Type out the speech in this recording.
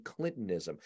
Clintonism